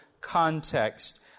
context